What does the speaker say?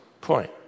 point